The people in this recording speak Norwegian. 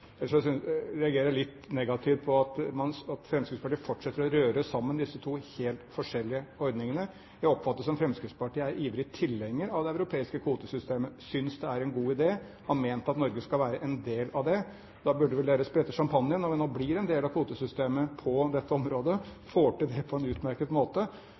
reagerer jeg litt negativt på at Fremskrittspartiet fortsetter å røre sammen disse to helt forskjellige ordningene. Jeg oppfatter det slik at Fremskrittspartiet er ivrig tilhenger av det europeiske kvotesystemet, synes det er en god idé og har ment at Norge skal være en del av det. Da burde vel dere sprette sjampanjen når vi nå blir en del av kvotesystemet på dette området og får til det på en utmerket måte.